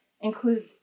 include